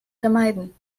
vermeiden